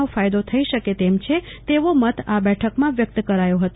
નો ફાયદો થઈ શકે તેમ છે તેવો મત આ બેઠકમાં વ્યકત કરાયો હતો